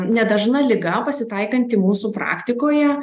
nedažna liga pasitaikanti mūsų praktikoje